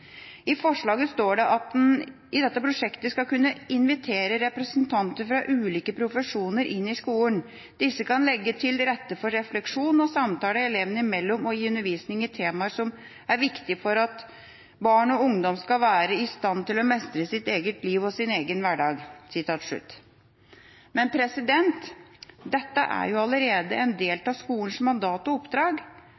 I forslaget står det at en i dette prosjektet skal kunne invitere «representanter fra ulike profesjoner inn i skolen», og at disse «kunne lagt til rette for refleksjon og samtale elevene imellom, og gitt undervisning i temaer som er viktige for at barn og unge skal være i stand til å mestre sitt eget liv og sin egen hverdag». Men dette er jo allerede en del